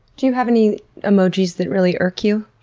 do you have any emojis that really irk you?